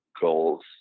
goals